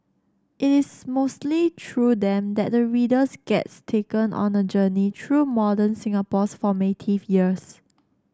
it is mostly through them that the readers gets taken on a journey through modern Singapore's formative years